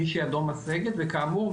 מי שידו משגת וכאמור,